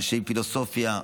אנשי פילוסופיה,